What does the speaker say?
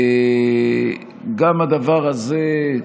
גם הדבר הזה,